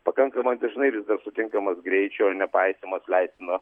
pakankamai dažnai sutinkamas greičio nepaisymas leistino